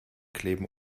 kleben